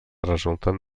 resulten